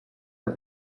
the